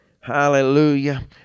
Hallelujah